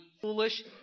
foolish